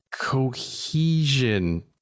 cohesion